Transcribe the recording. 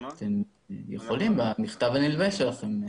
יכולים במכתב הנלווה שלכם.